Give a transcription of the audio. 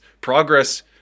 progress